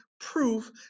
proof